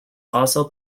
also